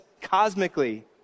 cosmically